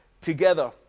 together